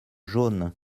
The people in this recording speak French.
jaunes